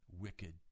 wicked